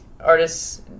artists